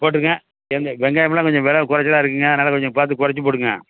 போட்டுருங்க வெ வெங்காயமெலாம் கொஞ்சம் வெலை கொறைச்சலா இருக்குதுங்க அதனால கொஞ்சம் பார்த்து கொறைச்சி போடுங்க